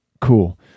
Cool